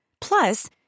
Plus